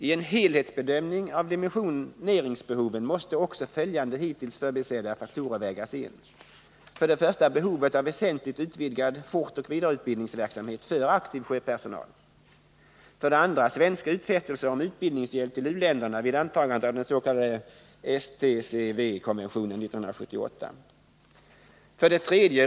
I en helhetsbedömning av dimensioneringsbehoven måste också följande hittills förbisedda faktorer vägas in: 3.